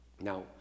now